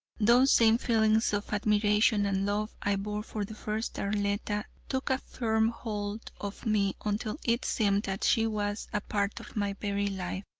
those same feelings of admiration and love i bore for the first arletta took a firm hold of me until it seemed that she was a part of my very life.